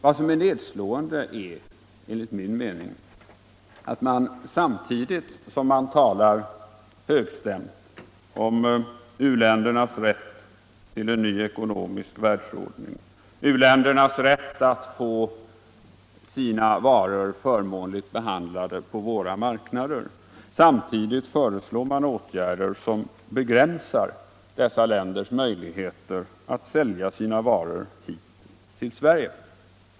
Vad som är nedslående är enligt min mening att man samtidigt som man talar högstämt om u-ländernas rätt till en ny ekonomisk världsordning, u-ländernas rätt att få sina varor förmånligt behandlade på våra marknader, föreslår åtgärder som begränsar dessa länders möjligheter att sälja sina varor till Sverige.